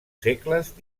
segles